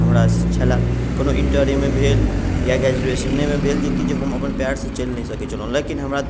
हमरा छलै कोनो इन्टरेमे भेल या ग्रेजुएशनेमे भेल जेकि हम अपन पाएरसँ चलि नहि सकै छलहुँ लेकिन हमरा